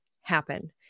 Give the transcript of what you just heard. happen